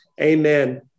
Amen